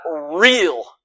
real